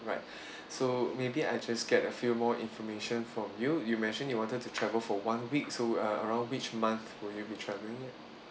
right so maybe I just get a few more information from you you mentioned you wanted to travel for one week so uh around which month will you be travelling at